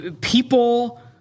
People